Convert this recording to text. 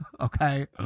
Okay